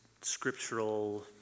scriptural